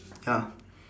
ya